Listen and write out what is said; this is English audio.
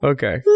Okay